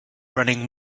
running